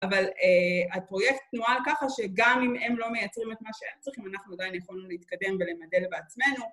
אבל הפרויקט תנועה לככה שגם אם הם לא מייצרים את מה שהיה צריך, אם אנחנו עדיין יכולנו להתקדם ולמדל בעצמנו...